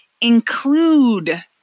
include